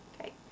okay